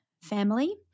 family